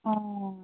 অঁ